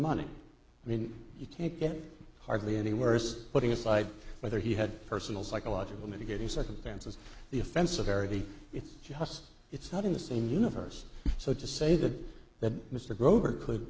money when you can't get hardly any worse putting aside whether he had personal psychological mitigating circumstances the offense a very it's just it's not in the same universe so to say that that mr grover could